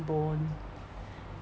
bone